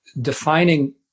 defining